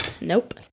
Nope